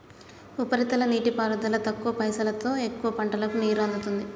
ఉపరితల నీటిపారుదల తక్కువ పైసలోతో ఎక్కువ పంటలకు నీరు అందుతుంది